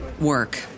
work